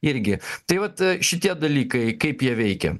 irgi tai vat šitie dalykai kaip jie veikia